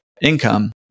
income